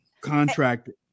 Contracted